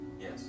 Yes